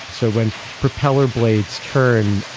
so when propeller blades turn,